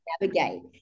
navigate